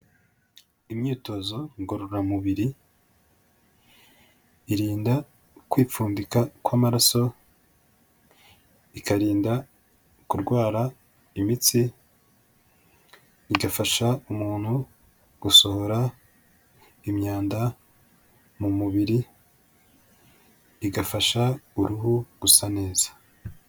Imyitozo ngororamubiri irinda ukwipfundika kw'amaraso, ikarinda kurwara imitsi, igafasha umuntu gusohora imyanda mu mubiri, igafasha uruhu gusa neza.